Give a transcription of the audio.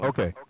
Okay